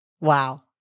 Wow